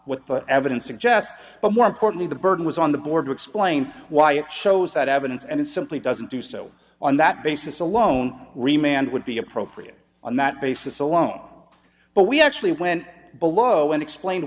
what the evidence suggests but more importantly the burden was on the board to explain why it shows that evidence and it simply doesn't do so on that basis alone remand would be appropriate on that basis alone but we actually went below and explained